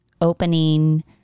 opening